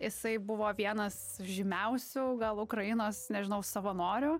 jisai buvo vienas žymiausių gal ukrainos nežinau savanorių